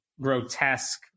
grotesque